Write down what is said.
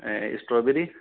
strawberry